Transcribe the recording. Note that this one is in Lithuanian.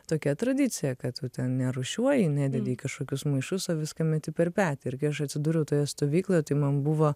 tokia tradicija kad tu ten nerūšiuoji nededi į kažkokius maišus o viską meti per petį ir kai aš atsidūriau toje stovykloje tai man buvo